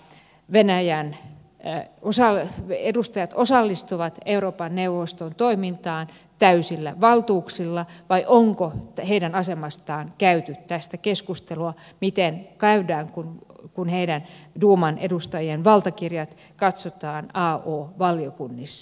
venäjä ei venäjän edustajat osallistuvat euroopan neuvoston toimintaan täysillä valtuuksilla vai onko heidän asemastaan käyty tästä keskustelua miten käy kun heidän duuman edustajien valtakirjat katsotaan asianomaisissa valiokunnissa